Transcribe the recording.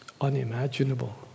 unimaginable